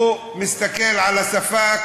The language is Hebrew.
הוא מסתכל על השפה,